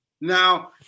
Now